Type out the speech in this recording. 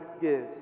gives